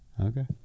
Okay